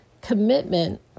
commitment